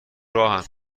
راهن